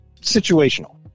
situational